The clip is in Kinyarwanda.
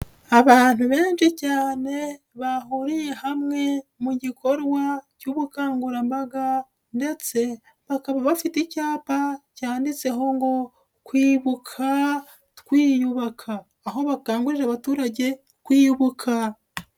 Abantu benshi cyane bahuriye hamwe mu gikorwa cy'ubukangurambaga ndetse bakaba bafite icyapa cyanditseho ngo kwibuka twiyubaka. Aho bakangurira abaturage kwibuka.